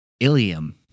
Ilium